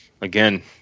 again